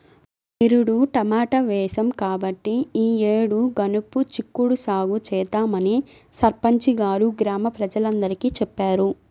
నిరుడు టమాటా వేశాం కాబట్టి ఈ యేడు గనుపు చిక్కుడు సాగు చేద్దామని సర్పంచి గారు గ్రామ ప్రజలందరికీ చెప్పారు